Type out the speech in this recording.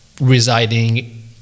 residing